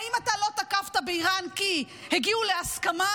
האם אתה לא תקפת באיראן כי הגיעו להסכמה